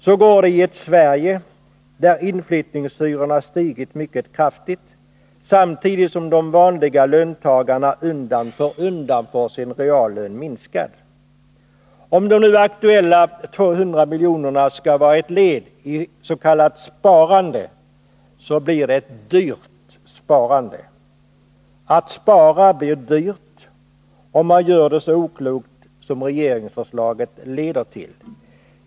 Så går det i ett Sverige där inflyttningshyrorna stigit mycket kraftigt, samtidigt som vanliga löntagare undan för undan får sin reallön minskad. Om de nu aktuella 200 miljonerna skall vara ett led is.k. sparande, så blir det ett dyrt sparande. Att spara blir dyrt om man gör det så oklokt som regeringsförslaget leder till.